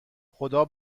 خدا